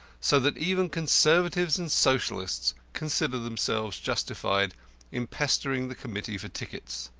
so that even conservatives and socialists considered themselves justified in pestering the committee for tickets.